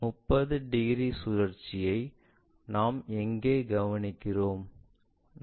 இந்த 30 டிகிரி சுழற்சியை நாம் எங்கே கவனிக்கிறோம்